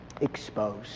exposed